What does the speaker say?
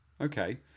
Okay